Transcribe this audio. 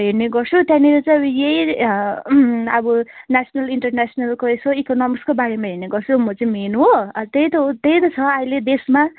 हेर्ने गर्छु त्यहाँनिर चाहिँ अब यही अब नेसनल इन्टरनेसनलको यसो इकोनमिक्सको बारेमा हेर्ने गर्छु म चाहिँ मेन हो त्यही त हो त्यही त छ अहिले देशमा